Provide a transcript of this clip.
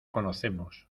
conocemos